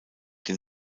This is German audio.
den